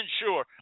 sure